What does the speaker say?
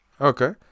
okay